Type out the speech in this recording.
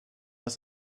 ist